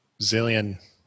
zillion